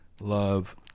love